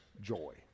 joy